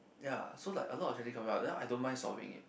ya so like a lot of come out I don't mind solving it